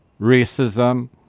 racism